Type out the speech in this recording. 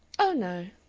oh no,